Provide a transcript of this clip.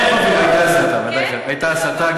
הייתה הסתה, ודאי שהייתה הסתה.